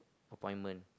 appointment